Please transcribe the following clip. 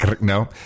no